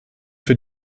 für